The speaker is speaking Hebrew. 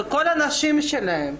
גם כל הנשים בהן.